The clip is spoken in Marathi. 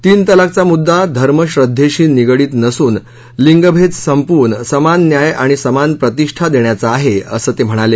तीन तलाकचा मुद्दा धर्मश्रद्वेशी निगडीत नसून लिंगभेद संपवून समान न्याय आणि समान प्रतिष्ठा देण्याचा आहे असं ते म्हणाले